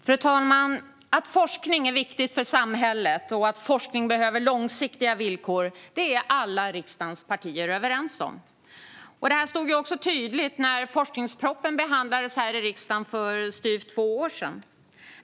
Fru talman! Att forskningen är viktig för samhället och att den behöver långsiktiga villkor är alla riksdagens partier överens om. Detta stod också tydligt när forskningspropositionen behandlades här i riksdagen för styvt två år sedan.